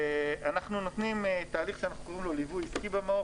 אנחנו נותנים תהליך שאנחנו קוראים לו "ליווי עסקי במעוף",